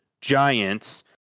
Giants